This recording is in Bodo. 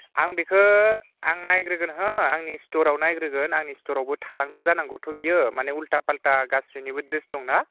आं बेखो आं नायग्रोगोन हो आंनि स्टरआव नायग्रोगोन आंनि स्टरावबो थालांदों जानांगौथ' बेयो माने उल्टा फाल्टा गासैनिबो ड्रेस दंना